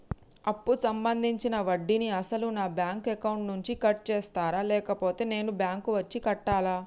అప్పు సంబంధించిన వడ్డీని అసలు నా బ్యాంక్ అకౌంట్ నుంచి కట్ చేస్తారా లేకపోతే నేను బ్యాంకు వచ్చి కట్టాలా?